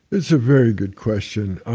that's a very good question.